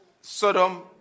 Sodom